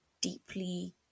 deeply